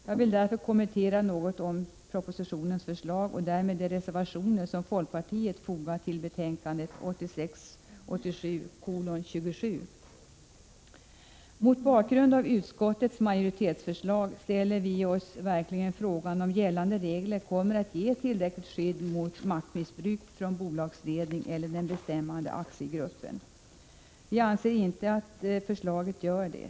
Jag vill därför något kommentera propositionens förslag och därmed de reservationer som folkpartiet har fogat till lagutskottets betänkande 1986/87:27. Mot bakgrund av utskottets majoritetsförslag ställer vi oss verkligen frågan om gällande regler kommer att ge tillräckligt skydd mot maktmissbruk från bolagsledningen eller den bestämmande aktiegruppen. Vi anser inte att förslaget gör det.